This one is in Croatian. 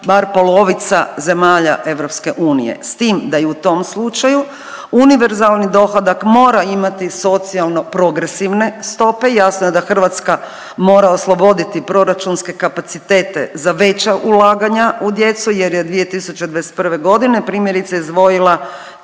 bar polovica zemalja EU, s tim da i u tom slučaju univerzalni dohodak mora imati socijalno progresivne stope. Jasno je da Hrvatska mora osloboditi proračunske kapacitete za veća ulaganja u djecu jer je 2021.g. primjerice izdvojila